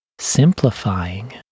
simplifying